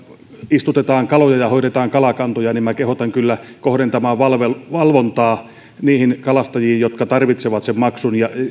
istutetaan kaloja ja hoidetaan kalakantoja niin minä kehotan kyllä kohdentamaan valvontaa valvontaa niihin kalastajiin jotka tarvitsevat sen maksun ja